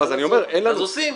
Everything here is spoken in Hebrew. אז עושים.